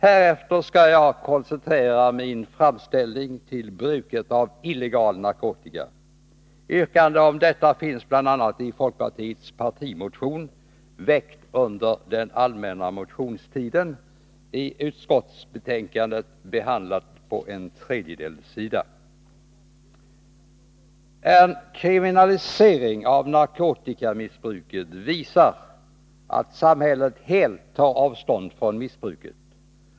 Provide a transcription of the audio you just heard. Härefter skall jag koncentrera min framställning till bruket av illegal narkotika. Yrkande om detta finns bl.a. i folkpartiets partimotion, väckt under den allmänna motionstiden. I utskottsbetänkandet behandlas det på en tredjedels sida. En kriminalisering av narkotikamissbruket visar att samhället helt tar avstånd från missbruket.